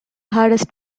hardest